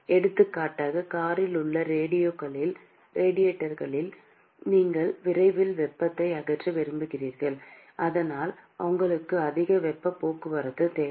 எடுத்துக்காட்டாக காரில் உள்ள ரேடியேட்டர்களில் நீங்கள் விரைவில் வெப்பத்தை அகற்ற விரும்புகிறீர்கள் அதாவது உங்களுக்கு அதிக வெப்ப போக்குவரத்து தேவை